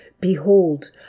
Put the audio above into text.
Behold